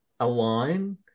align